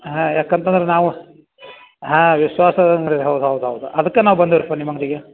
ಹಾಂ ಯಾಕೆ ಅಂತಂದ್ರೆ ನಾವು ಹಾಂ ವಿಶ್ವಾಸ ಇದೇನ್ರೀ ಹೌದು ಹೌದು ಹೌದು ಅದಕ್ಕೆ ನಾವು ಬಂದದ್ರಿಪ್ಪ ನಾವು ನಿಮ್ಮ ಅಂಗಡಿಗೆ